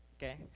Okay